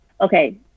okay